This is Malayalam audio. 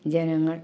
ജനങ്ങൾ